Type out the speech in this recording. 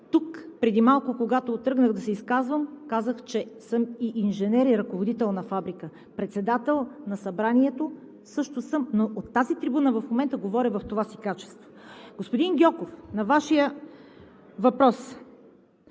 а преди малко, когато тръгнах да се изказвам, казах, че съм инженер и ръководител на фабрика, както съм също и председател на Събранието, но от тази трибуна в момента говоря в това си качество. Господин Гьоков, на Вашия въпрос